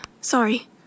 Sorry